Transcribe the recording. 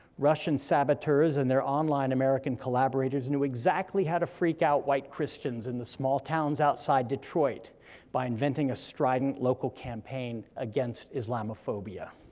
russian saboteurs and their online american collaborators knew exactly how to freak out white christians in the small towns towns outside detroit by inventing a strident local campaign against islamophobia.